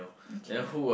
okay